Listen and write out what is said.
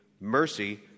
mercy